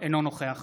אינו נוכח